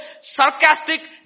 sarcastic